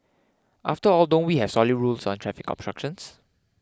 after all don't we have solid rules on traffic obstruction